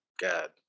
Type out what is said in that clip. god